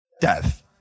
death